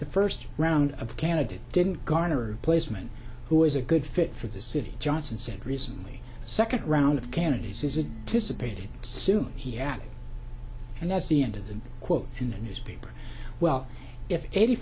the first round of candidate didn't garner placement who is a good fit for the city johnson said recently second round of candidates is a dissipated soon he adds and that's the end of the quote in the newspaper well if eighty